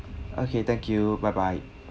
okay thank you bye bye